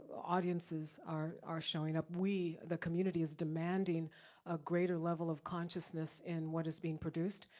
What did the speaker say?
audiences are are showing up, we, the community is demanding a greater level of consciousness in what is being produced.